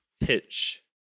pitch